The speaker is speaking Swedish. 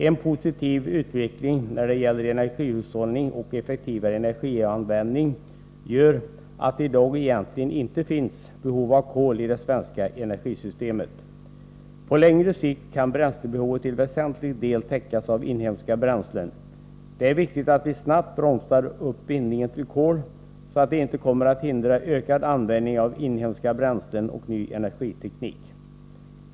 En positiv utveckling när det gäller energihushållning och effektivare energianvändning gör att det i dag egentligen inte finns något behov av kol i det svenska energisystemet. På längre sikt kan bränslebehovet till väsentlig del täckas av inhemska bränslen. Det är viktigt att vi snabbt bromsar uppbindningen till kol, så att det inte kommer att hindra ökad användning av inhemska bränslen och ny energiteknik.